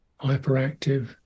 hyperactive